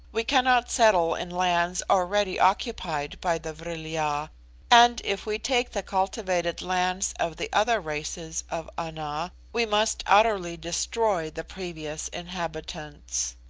we cannot settle in lands already occupied by the vril-ya and if we take the cultivated lands of the other races of ana, we must utterly destroy the previous inhabitants.